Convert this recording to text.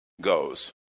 goes